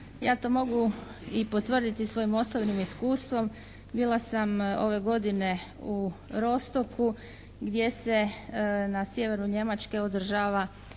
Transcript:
Ja to mogu i potvrditi svojim osobnim iskustvom. Bila sam ove godine Rostocku gdje se na sjeveru Njemačke održava